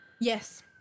Yes